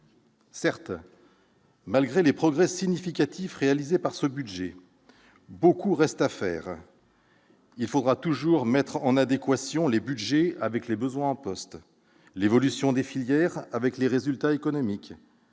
Certes, malgré les progrès significatifs réalisés par ce budget, beaucoup reste à faire. Il faudra toujours mettre en adéquation les budgets avec les besoins en postes, l'évolution des filières avec les résultats économiques,